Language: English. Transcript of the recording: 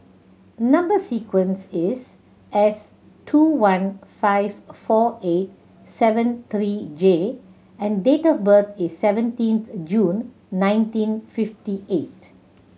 number sequence is S two one five four eight seven three J and date of birth is seventeenth June nineteen fifty eight